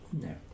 No